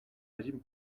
régime